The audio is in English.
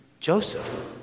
Joseph